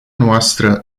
noastră